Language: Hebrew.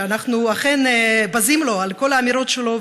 שאנחנו אכן בזים על כל האמירות שלו,